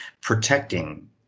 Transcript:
protecting